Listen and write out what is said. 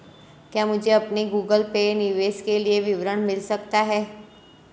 क्या मुझे अपने गूगल पे निवेश के लिए विवरण मिल सकता है?